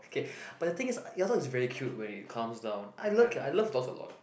okay but the thing is your dog is very cute when it calms down I love it I love dogs a lot